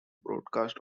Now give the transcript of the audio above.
broadcast